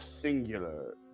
singular